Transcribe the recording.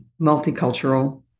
multicultural